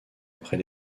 après